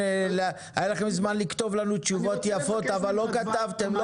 היה לכם זמן לכתוב לנו תשובות יפות אבל לא כתבתם.